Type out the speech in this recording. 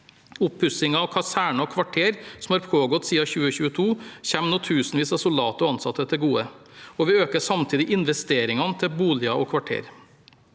Oppussing av kaserner og kvarter, som har pågått siden 2022, kommer nå tusenvis av soldater og ansatte til gode, og vi øker samtidig investeringene til boliger og kvarter.